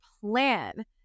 plan